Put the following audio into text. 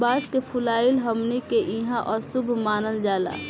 बांस के फुलाइल हमनी के इहां अशुभ मानल जाला